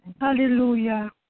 Hallelujah